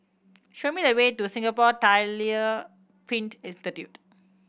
show me the way to Singapore Tyler Print Institute